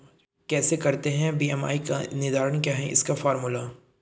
कैसे करते हैं बी.एम.आई का निर्धारण क्या है इसका फॉर्मूला?